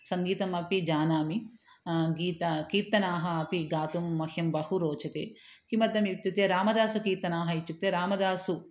सङ्गीतमपि जानामि गीतं कीर्तनम् अपि गातुं मह्यं बहु रोचते किमर्थम् इत्युक्ते रामदासकीर्तनाः इत्युक्ते रामदास